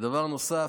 ודבר נוסף,